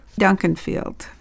Duncanfield